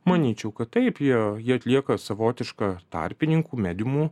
manyčiau kad taip jie jie atlieka savotišką tarpininkų mediumų